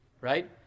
Right